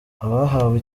abahawe